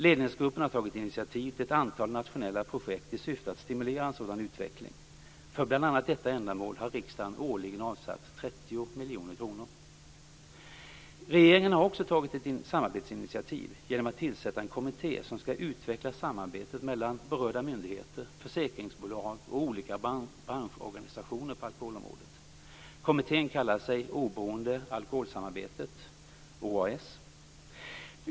Ledningsgruppen har tagit initiativ till ett antal nationella projekt i syfte att stimulera en sådan utveckling. För bl.a. detta ändamål har riksdagen årligen avsatt 30 miljoner kronor. Regeringen har också tagit ett samarbetsinitiativ genom att tillsätta en kommitté som skall utveckla samarbetet mellan berörda myndigheter, försäkringsbolag och olika branschorganisationer på alkoholområdet. Kommittén kallar sig Oberoende alkoholsamarbetet, OAS.